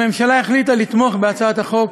הממשלה החליטה לתמוך בהצעת החוק